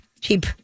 cheap